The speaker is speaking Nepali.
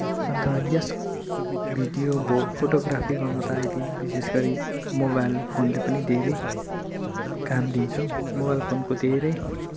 अन्त यस भिडियो भो फोटोग्राफी गर्न त अहिले विशेष गरी माोबाइल फोनले पनि धेरै काम दिन्छ मोबाइल फोनको धेरै